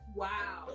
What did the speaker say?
wow